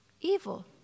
Evil